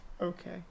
okay